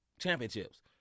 championships